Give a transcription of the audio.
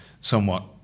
somewhat